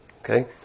Okay